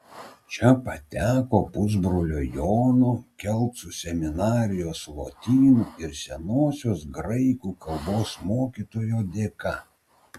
čia pateko pusbrolio jono kelcų seminarijos lotynų ir senosios graikų kalbos mokytojo dėka